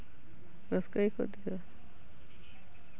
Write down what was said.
ᱨᱟᱹᱥᱠᱟᱹᱭᱟ ᱠᱚ ᱟᱹᱰᱤ ᱡᱳᱨ